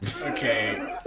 Okay